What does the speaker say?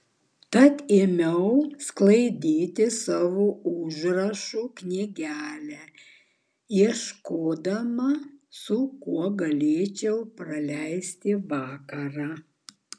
tada ėmiau sklaidyti savo užrašų knygelę ieškodamas su kuo galėčiau praleisti vakarą